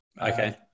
Okay